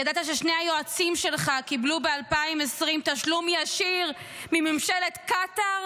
ידעת ששני היועצים שלך קיבלו ב-2020 תשלום ישיר מממשלת קטאר?